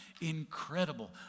Incredible